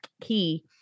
key